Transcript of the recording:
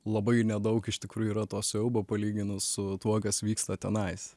labai nedaug iš tikrųjų yra to siaubo palyginus su tuo kas vyksta tenais